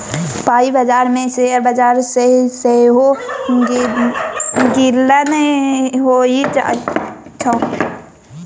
पाइ बजार मे शेयर बजार केँ सेहो गिनल जाइ छै